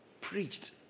preached